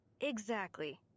Exactly